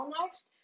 next